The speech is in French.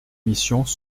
missions